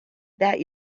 that